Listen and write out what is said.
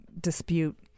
dispute